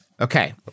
Okay